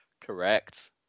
correct